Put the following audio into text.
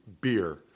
Beer